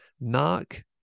knock